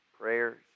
prayers